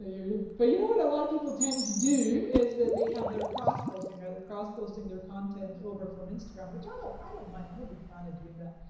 ah but you know what a lot of people tend to do? is that they have their cross-posting, or they're cross-posting their content over from instagram, which i like i don't mind, i'm a big fan of doing that.